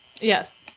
Yes